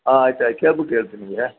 ಆಂ ಆಯ್ತು ಆಯ್ತು ಕೇಳ್ಬಿಟ್ ಹೇಳ್ತೀನಿ ನಿಮಗೆ